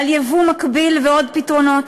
על יבוא מקביל ועוד פתרונות,